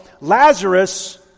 Lazarus